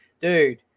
dude